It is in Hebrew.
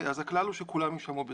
אז הכלל הוא שכולם יישמעו ב"זום".